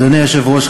אדוני היושב-ראש,